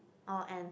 or and